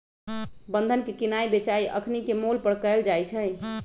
बन्धन के किनाइ बेचाई अखनीके मोल पर कएल जाइ छइ